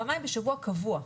פעמיים בשבוע קבוע.